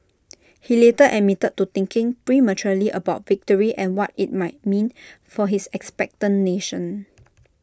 he later admitted to thinking prematurely about victory and what IT might mean for his expectant nation